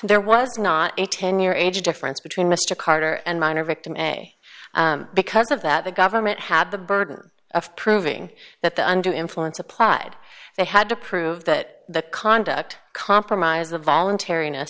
there was not a ten year age difference between mr carter and minor victim a because of that the government had the burden of proving that the under the influence applied they had to prove that the conduct compromise the voluntar